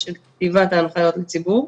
כתיבת ההנחיות לציבור.